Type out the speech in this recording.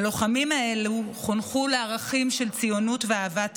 הלוחמים האלה חונכו לערכים של ציונות ואהבת הארץ.